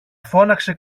φώναξε